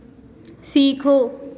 सीखो